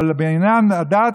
אבל בעניין הדת,